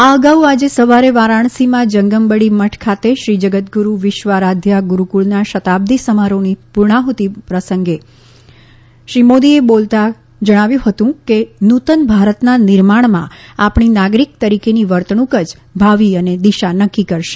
આ અગાઉ આજે સવારે વારાણસીમાં જંગમબડી મઠ ખાતે શ્રી જગતગુરૂ વિશ્વારાધ્યા ગુરૂકુળના શતાબ્દી સમારોહની પુર્ણાહૃતિ પ્રસંગે બોલતા તેમણે કહયું કે નુતન ભારતના નિર્માણમાં આપણી નાગરીક તરીકેની વર્તણુંક જ ભાવિ અને દિશા નકકી કરશે